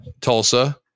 Tulsa